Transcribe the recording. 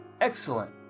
Excellent